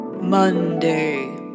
Monday